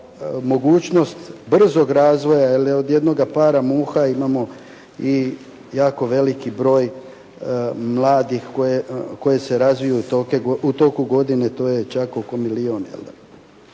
mogućnost brzog razvoja. Jer od jednoga para muha imamo i jako veliki broj mladih koje se razviju u toku godine, to je čak oko milijun.